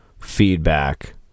feedback